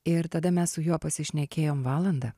ir tada mes su juo pasišnekėjom valandą